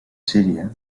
síria